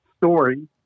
story